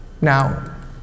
Now